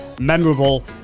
memorable